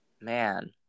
Man